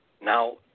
now